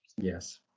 Yes